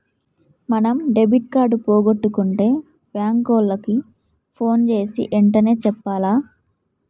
మనం debit card పోగొట్టుకుంటే bank ఓళ్ళకి పోన్ జేసీ ఎంటనే చెప్పాల